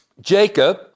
Jacob